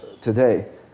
today